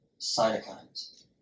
cytokines